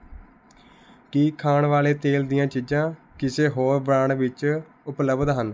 ਕੀ ਖਾਣ ਵਾਲੇ ਤੇਲ ਦੀਆਂ ਚੀਜ਼ਾਂ ਕਿਸੇ ਹੋਰ ਬ੍ਰਾਂਡ ਵਿੱਚ ਉਪਲਬਧ ਹਨ